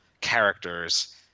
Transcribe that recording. characters